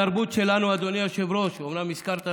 התרבות שלנו, אדוני היושב-ראש, אומנם הזכרת זאת,